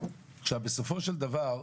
בסופו של דבר,